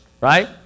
Right